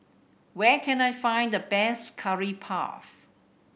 where can I find the best Curry Puff